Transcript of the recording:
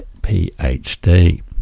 PhD